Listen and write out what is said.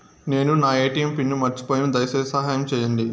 నేను నా ATM pin మర్చిపోయాను, దయచేసి సహాయం చేయండి